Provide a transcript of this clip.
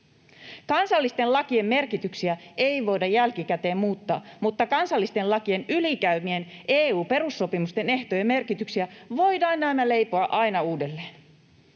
Kansallisten lakien merkityksiä ei voida jälkikäteen muuttaa, mutta kansallisten lakien ylikäymien EU:n perussopimusten ehtojen merkityksiä voidaan näemmä leipoa aina uudelleen.